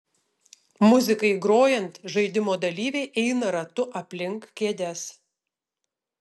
muzikai grojant žaidimo dalyviai eina ratu aplink kėdes